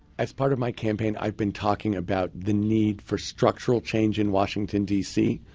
as part of my campaign i've been talking about the need for structural change in washington dc,